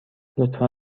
لطفا